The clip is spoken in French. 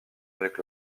avec